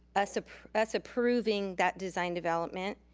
us ah us approving that design development.